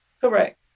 correct